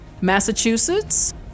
Massachusetts